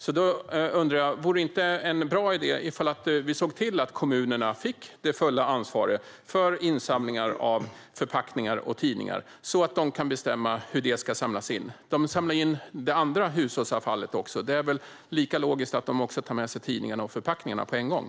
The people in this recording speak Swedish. Då undrar jag: Vore det inte en bra idé ifall vi såg till att kommunerna fick det fulla ansvaret för insamling av förpackningar och tidningar, så att de kan bestämma hur detta ska samlas in? De samlar in det andra hushållsavfallet. Det är väl logiskt att de också tar med sig tidningarna och förpackningarna på en gång?